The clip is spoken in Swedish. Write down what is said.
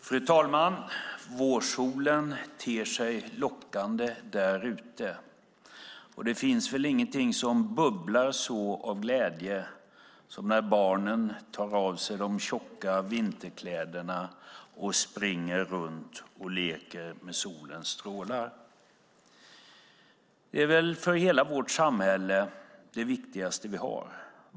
Fru talman! Vårsolen ter sig lockande där ute. Det finns väl ingenting som bubblar så av glädje som när barnen tar av de tjocka vinterkläderna och springer runt och leker i solens strålar. Det är för hela vårt samhälle det viktigaste vi har.